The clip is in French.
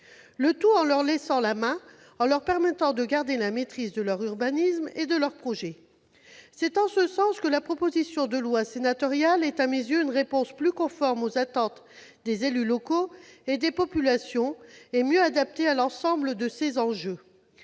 le tout en leur « laissant la main », puisqu'elle leur permet de garder la maîtrise de leur urbanisme et de leurs projets. C'est en ce sens que la proposition de loi sénatoriale est, à mes yeux, une réponse plus conforme aux attentes des élus locaux et des populations, et mieux adaptée à l'ensemble de ces enjeux.